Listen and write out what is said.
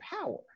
power